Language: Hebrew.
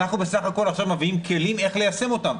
אנחנו עכשיו בסך הכול מביאים כלים איך ליישם אותם.